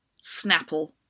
Snapple